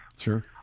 Sure